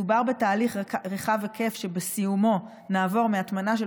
מדובר בתהליך רחב היקף שבסיומו נעבור מהטמנה של